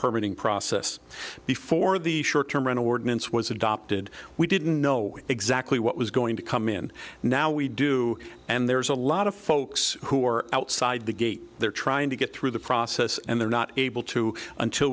permit in process before the short term and ordinance was adopted we didn't know exactly what was going to come in now we do and there's a lot of folks who are outside the gate there trying to get through the process and they're not able to until